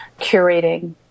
curating